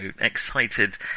excited